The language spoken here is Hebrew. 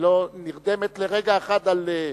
היא לא נרדמת לרגע אחד על משמרתה.